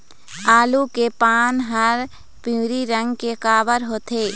आलू के पान हर पिवरी रंग के काबर होथे?